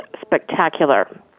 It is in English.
spectacular